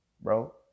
bro